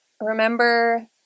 remember